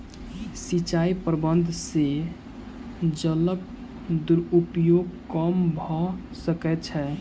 सिचाई प्रबंधन से जलक दुरूपयोग कम भअ सकै छै